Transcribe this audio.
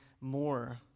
more